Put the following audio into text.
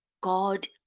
God